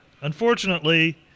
Unfortunately